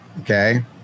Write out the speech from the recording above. okay